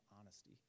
honesty